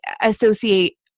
associate